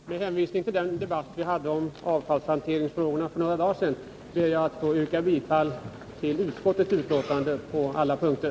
Herr talman! Med hänvisning till den debatt som vi förde om avfallshanteringsfrågorna för några dagar sedan ber jag att få yrka bifall till utskottets hemställan på alla punkter.